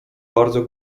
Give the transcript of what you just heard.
bardzo